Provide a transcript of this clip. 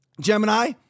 Gemini